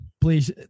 Please